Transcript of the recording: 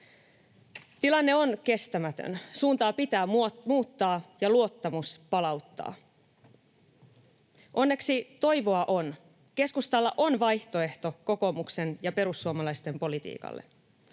Tilanne on kestämätön. Suuntaa pitää muuttaa ja luottamus palauttaa. Onneksi toivoa on. Keskustalla on vaihtoehto kokoomuksen ja perussuomalaisten politiikalle.